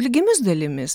lygiomis dalimis